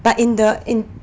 but in the in